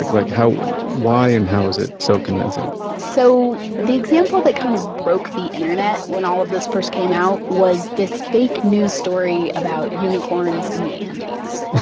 like like why and how is it so convincing? so the example that kind of broke the internet when all of this first came out was this fake news story about unicorns in the andes